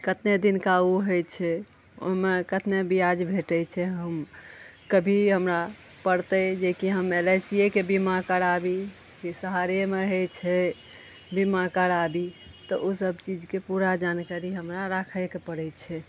कतने दिनका ओ होइ छै ओहिमे कतने ब्याज भेटै छै हम कभी हमरा पड़तै जेकि हम एल आइ सिएके बीमा कराबी की सहारेमे होइ छै बीमा कराबी तऽ ओसब चीजके पूरा जानकारी हमरा राखयके पड़ै छै